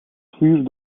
vuur